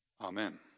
Amen